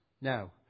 Now